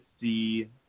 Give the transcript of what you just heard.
see